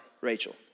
Rachel